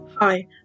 Hi